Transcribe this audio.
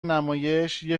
نمایش، یه